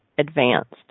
Advanced